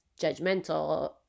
judgmental